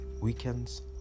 Weekends